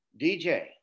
DJ